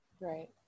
Right